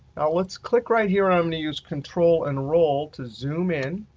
now let's click right here, i'm going to use control and roll to zoom in.